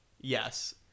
Yes